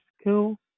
school